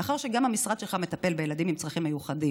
מאחר שגם המשרד שלך מטפל בילדים עם צרכים מיוחדים,